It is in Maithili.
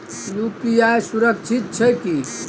यु.पी.आई सुरक्षित छै की?